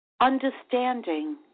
understanding